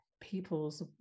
people's